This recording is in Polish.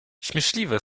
śmieszliwe